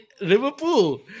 Liverpool